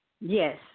Yes